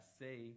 say